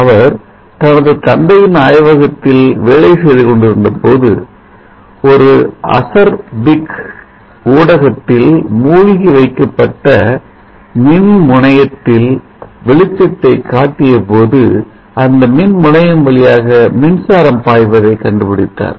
அவர் தனது தந்தையின் ஆய்வகத்தில் வேலை செய்து கொண்டிருந்தபோது ஒரு அசர் பிக் ஊடகத்தில் மூழ்கி வைக்கப்பட்ட மின் முனையத்தில் வெளிச்சத்தை காட்டியபோது அந்த மின்முனையம் வழியாக மின்சாரம் பாய்வதை கண்டு பிடித்தார்